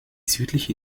südliche